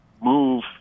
move